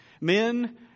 Men